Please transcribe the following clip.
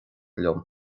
liom